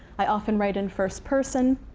i often write in first person.